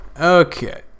Okay